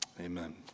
Amen